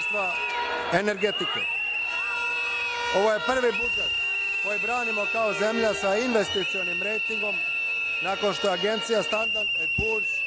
energetike. Ovo je prvi budžet koji branimo kao zemlja sa investicionim rejtingom nakon što je Agencija Standard and poors